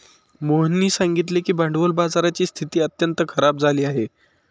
मोहननी सांगितले की भांडवल बाजाराची स्थिती अत्यंत खराब झाली आहे